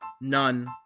none